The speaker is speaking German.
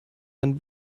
ein